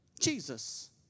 Jesus